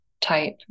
type